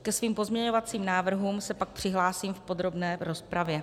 Ke svým pozměňovacím návrhům se pak přihlásím v podrobné rozpravě.